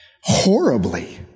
Horribly